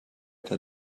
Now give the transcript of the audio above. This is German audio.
der